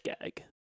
gag